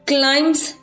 Climbs